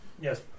Yes